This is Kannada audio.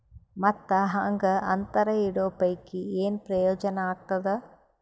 ಮತ್ತ್ ಹಾಂಗಾ ಅಂತರ ಇಡೋ ಪೈಕಿ, ಏನ್ ಪ್ರಯೋಜನ ಆಗ್ತಾದ?